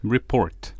Report